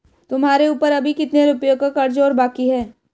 तुम्हारे ऊपर अभी कितने रुपयों का कर्ज और बाकी है?